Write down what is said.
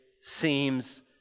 seems